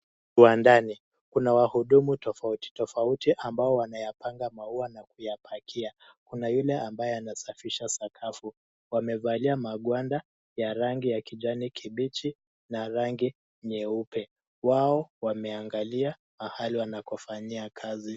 Uwandani, kuna wahudumu tofauti tofauti ambao wanayapanga maua na kuyapakia. Kuna yule ambaye anasafisha sakafu. Wamevalia magwanda ya rangi ya kijani kibichi na rangi nyeupe. Wao wameangalia mahali wanakofanyia kazi.